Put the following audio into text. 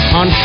on